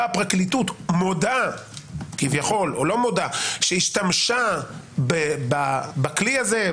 הפרקליטות מודה כביכול או לא מודה שהשתמשה בכלי הזה,